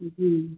जी